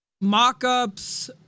mock-ups